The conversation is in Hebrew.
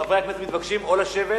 חברי הכנסת מתבקשים או לשבת